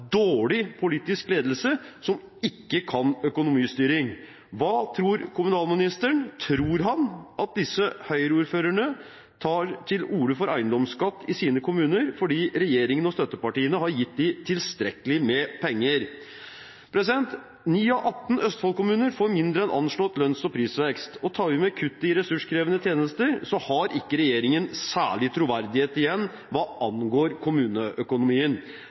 dårlig politisk ledelse som ikke kan økonomistyring? Hva tror kommunalministeren? Tror han at disse Høyre-ordførerne tar til orde for eiendomsskatt i sine kommuner fordi regjeringen og støttepartiene har gitt dem tilstrekkelig med penger? 9 av 18 Østfold-kommuner får mindre enn anslått lønns- og prisvekst, og tar vi med kuttet i ressurskrevende tjenester, har ikke regjeringen særlig troverdighet igjen hva angår kommuneøkonomien.